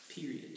Period